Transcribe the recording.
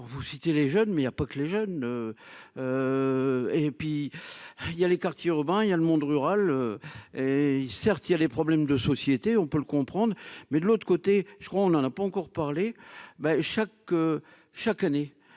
vous citez les jeunes mais il y a pas que les jeunes et puis il y a les quartiers urbains, il y a le monde rural et y'certes, il y a les problèmes de société, on peut le comprendre, mais de l'autre côté, je crois, on en a pas encore parlé, mais chaque,